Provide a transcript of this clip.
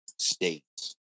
states